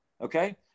okay